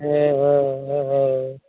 हँ हँ हँ